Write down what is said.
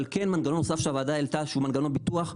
אבל כן מנגנון נוסף שהוועדה העלתה שהוא מנגנון הביטוח,